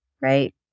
right